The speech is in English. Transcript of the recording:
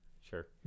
Sure